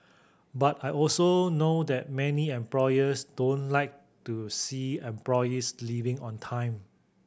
but I also know that many employers don't like to see employees leaving on time